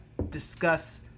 discuss